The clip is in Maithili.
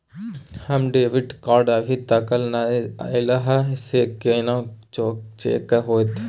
हमर डेबिट कार्ड अभी तकल नय अयले हैं, से कोन चेक होतै?